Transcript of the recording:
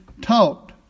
taught